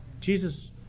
Jesus